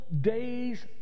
day's